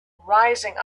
rising